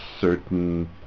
certain